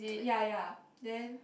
ya ya then